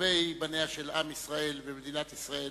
מטובי בניהם של עם ישראל ומדינת ישראל,